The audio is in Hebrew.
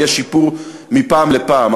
ויש שיפור מפעם לפעם,